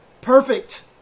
perfect